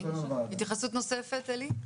התייחסות נוספת, עלי?